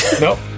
Nope